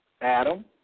Adam